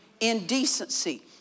indecency